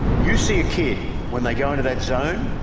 you see a kid when they go into that zone,